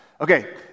Okay